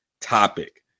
topic